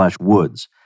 woods